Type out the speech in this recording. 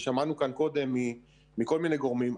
ששמענו כאן קודם מכל מיני גורמים.